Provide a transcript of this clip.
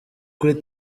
kuri